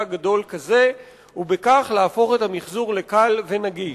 גדול כזה ובכך להפוך את המיחזור לקל ונגיש.